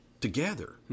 together